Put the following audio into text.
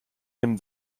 him